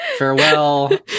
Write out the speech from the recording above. Farewell